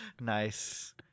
nice